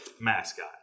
mascot